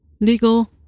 legal